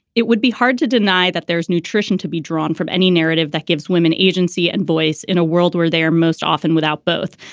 it would be hard to deny that there is nutrition to be drawn from any narrative that gives women agency and voice in a world where they are most often without both.